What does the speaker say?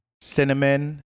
Cinnamon